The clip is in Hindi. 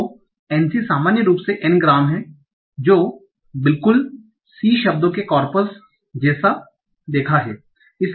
तो N c सामान्य रूप से n ग्राम है जो बिल्कुल सी शब्दों के कॉर्पस जेसा देखा है